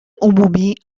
عمومی